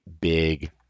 big